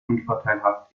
unvorteilhaft